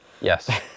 Yes